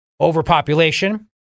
overpopulation